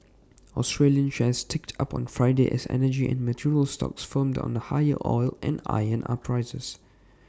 Australian shares ticked up on Friday as energy and materials stocks firmed on higher oil and iron ore prices